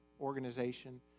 organization